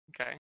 Okay